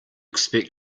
expect